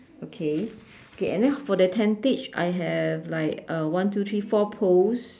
okay okay and then for the tentage I have like uh one two three four poles